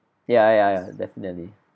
ya ya ya definitely